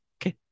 okay